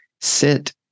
sit